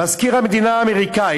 מזכיר המדינה האמריקני